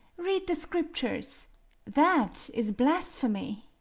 read the scriptures that is blasphemy.